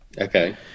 Okay